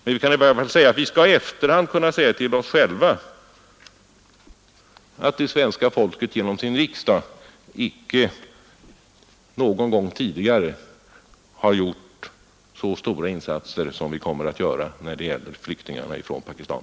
Men vi skall i varje fall i efterhand kunna säga att det svenska folket genom sin riksdag icke någon gång tidigare har gjort så stora insatser som vi kommer att göra när det gäller flyktingarna från Pakistan,